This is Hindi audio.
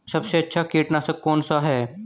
सबसे अच्छा कीटनाशक कौन सा है?